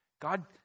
God